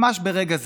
ממש ברגע זה.